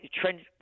trend